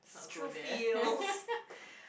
let's not go there